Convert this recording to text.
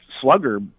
slugger